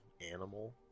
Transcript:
animal